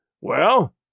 Well